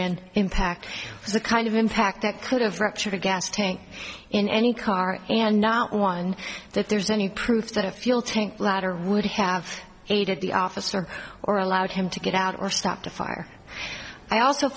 end impact is the kind of impact that could have wrecked your gas tank in any car and not one that there's any proof that a fuel tank bladder would have aided the officer or allowed him to get out or stop the fire i also